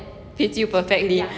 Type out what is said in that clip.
fits you perfectly